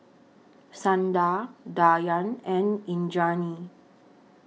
Sundar Dhyan and Indranee